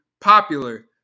popular